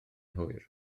hwyr